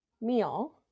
meal